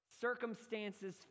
circumstances